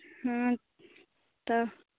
हँ तऽ